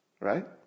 right